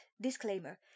disclaimer